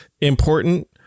important